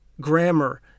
grammar